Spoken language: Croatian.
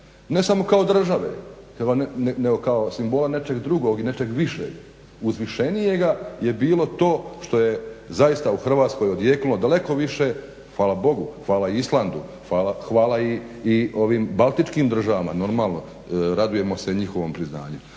ne samo kao države nego kao simbola nečeg drugog i nečeg višeg uzvišenijega je bilo to što je zaista u Hrvatskoj odjeknulo daleko više, hvala Bogu, hvala Islandu, hvala i ovim baltičkim državama normalno radujemo se njihovom priznanju